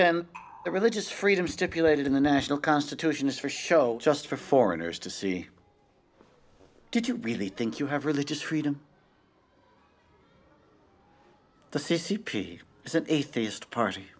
chen the religious freedom stipulated in the national constitution is for show just for foreigners to see did you really think you have religious freedom the c c p is an atheist party